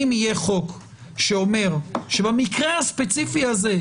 אם יהיה חוק שאומר שבמקרה הספציפי הזה,